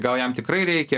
gal jam tikrai reikia